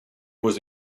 was